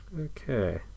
Okay